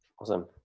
Awesome